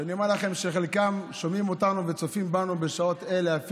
אני אומר לכם שחלקם שומעים אותנו וצופים בנו אפילו בשעות אלו.